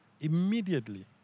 immediately